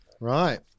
Right